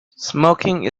smoking